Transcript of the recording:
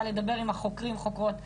לדבר עם החוקרים או החוקרות בעברית,